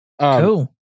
Cool